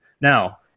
Now